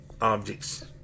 objects